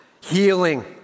healing